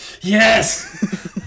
Yes